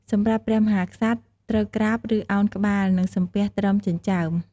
សម្រាប់ព្រះមហាក្សត្រ ត្រូវក្រាប ឬឱនក្បាល និងសំពះត្រឹមចិញ្ចើម។